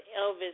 Elvis